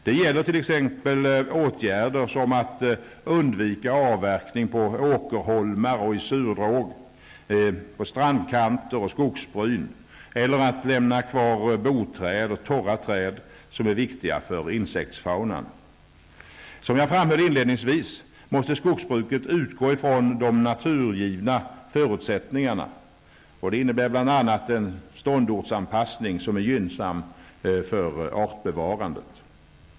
Det gäller t.ex. sådana åtgärder som att undvika avverkning på åkerholmar och i surdråg, på strandkanter och i skogsbryn eller att lämna kvar boträd och torra träd som är viktiga för insektsfaunan. Som jag framhöll inledningsvis måste skogsbruket utgå från de naturgivna förutsättningarna vilket bl.a. innebär en ståndortsanpassning som är gynnsam för artbevarandet.